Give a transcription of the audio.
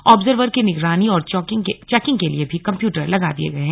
observer की निगरानी और चौकिंग के लिए भी कम्प्यूटर लगा दिये गये हैं